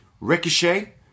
Ricochet